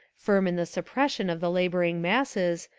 firm in the suppression of the labouring masses,